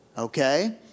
Okay